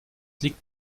liegt